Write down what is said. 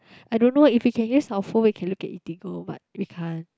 I don't know if we can use our phone we can look at Eatigo but we can't